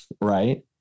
right